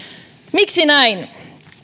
miksi näin